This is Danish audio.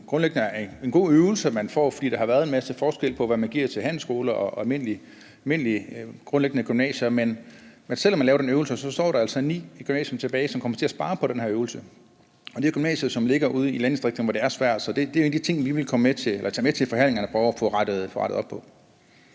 er en god øvelse, man får, for der har været en stor forskel på, hvad man giver til handelsskoler og almindelige gymnasier. Men selv om man laver den øvelse, står der altså ni gymnasier tilbage, som kommer til at spare på den her øvelse, og det er gymnasier, der ligger ude i landdistrikterne, hvor det er svært. Det er en af de ting, vi kommer til at tage med til forhandlingerne for at få rettet op på